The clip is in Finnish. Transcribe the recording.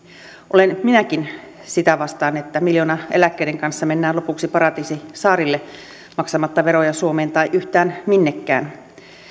olen minäkin sitä vastaan että miljoonaeläkkeiden kanssa mennään lopuksi paratiisisaarille maksamatta veroja suomeen tai yhtään minnekään